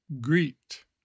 greet